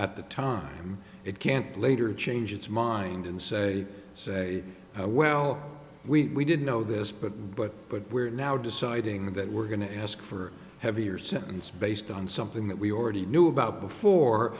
at the time it can't later change its mind and say say well we didn't know this but but but we're now deciding that we're going to ask for a heavier sentence based on something that we already knew about before